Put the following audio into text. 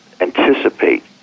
Anticipate